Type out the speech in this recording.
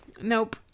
Nope